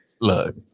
Look